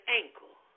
ankle